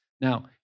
Now